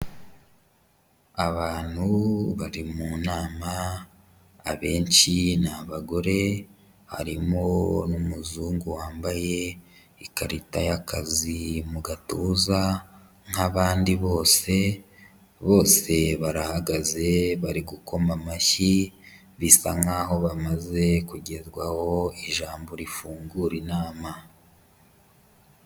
Abantu bari mu nama abenshi ni abagore, harimo n'umuzungu wambaye ikarita y'akazi mu gatuza nk'abandi bose, bose barahagaze bari gukoma amashyi bisa nk'aho bamaze kugezwaho ijambo rifungura inama.